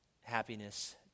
happiness